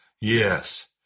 Yes